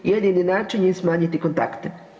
Jedini način je smanjiti kontakte.